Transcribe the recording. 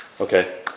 okay